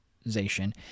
Organization